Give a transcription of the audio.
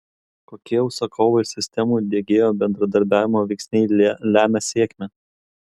kokie užsakovo ir sistemų diegėjo bendradarbiavimo veiksniai lemia sėkmę